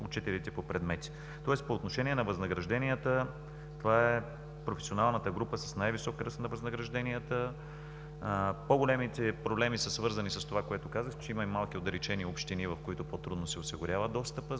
са учителите по предмети. Тоест по отношение на възнагражденията това е професионалната група с най-висок ръст на възнагражденията. По-големите проблеми са свързани с това, което казах, че има малки и отдалечени общини, в които по-трудно се осигурява достъпът.